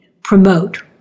promote